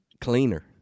cleaner